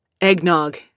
eggnog